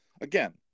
again